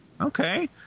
okay